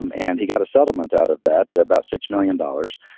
um and he got a settlement out of that about six million dollars.